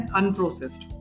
unprocessed